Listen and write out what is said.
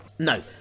No